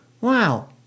Wow